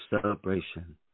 celebration